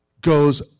goes